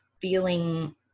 feeling